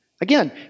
Again